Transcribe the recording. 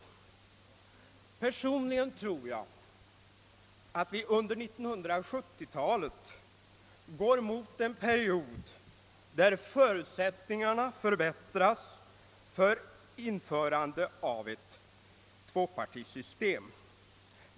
Personligen tror jag att vi under 1970-talet går mot en period där förutsättningarna för införande av ett tvåpartisystem förbättras.